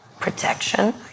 Protection